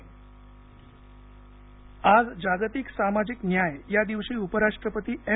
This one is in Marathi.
नायडू आज जागतिक सामाजिक न्याय या दिवशी उपराष्ट्रपती एम